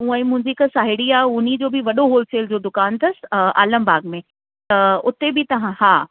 हूअंई मुंहिंजी हिक साहेड़ी आहे उनजो बि वॾो होलसेल जो दुकान अथस आलमबाग में त उते बि तव्हां हा